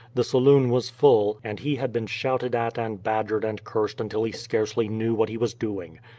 the saloon was full, and he had been shouted at and badgered and cursed until he scarcely knew what he was doing.